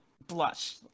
blush